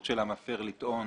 של המפר לטעון